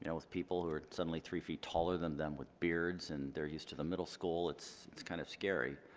and with people who are suddenly three feet taller than them with beards, and they're used to the middle school, it's it's kind of scary.